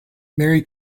merry